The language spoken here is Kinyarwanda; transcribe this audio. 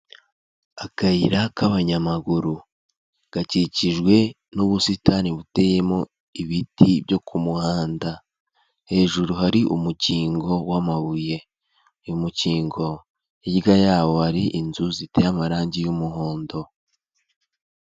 Akayira k'abanyamaguru, gakikijwe n'ubusitani buteyemo ibiti byo ku muhanda. Hejuru hari umukingo w'amabuye. Uyu umukingo, hirya yawo wari inzu ziteye amarangi y'umuhondo.